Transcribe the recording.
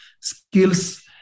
skills